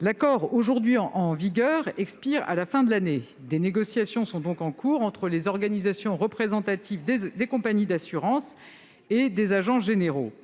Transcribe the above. L'accord aujourd'hui en vigueur expire à la fin de l'année. Des négociations sont donc en cours entre les organisations représentatives des compagnies d'assurances et des agents généraux.